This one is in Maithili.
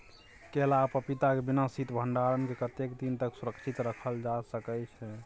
केला आ पपीता के बिना शीत भंडारण के कतेक दिन तक सुरक्षित रखल जा सकै छै?